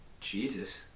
Jesus